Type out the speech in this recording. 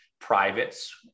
privates